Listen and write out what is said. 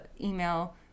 email